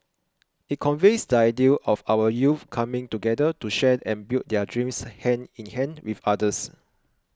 it conveys the ideal of our youth coming together to share and build their dreams hand in hand with others